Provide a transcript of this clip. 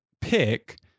pick